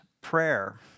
Prayer